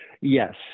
Yes